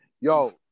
yo